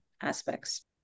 aspects